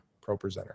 ProPresenter